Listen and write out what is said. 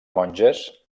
monges